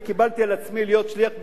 קיבלתי על עצמי להיות שליח מצווה,